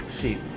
sheep